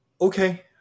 Okay